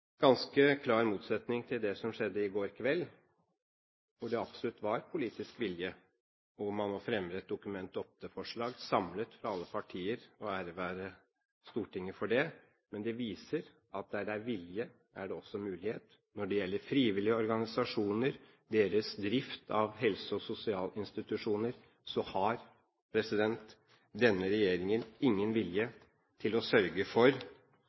ganske klar motsetning til det som skjedde i går kveld, hvor det absolutt var politisk vilje og man fremmet et Dokument 8-forslag som alle partier sto samlet om. Ære være Stortinget for det, men det viser at der det er vilje, er det også muligheter. Når det gjelder frivillige organisasjoner og deres drift av helse- og sosialinstitusjoner, har denne regjeringen ingen vilje til å sørge for